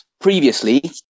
previously